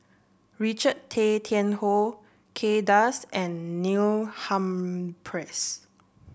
Richard Tay Tian Hoe Kay Das and Neil Humphreys